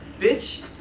Bitch